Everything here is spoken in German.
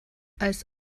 als